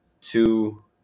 two